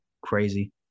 crazy